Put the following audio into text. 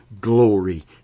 glory